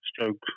stroke